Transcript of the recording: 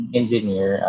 engineer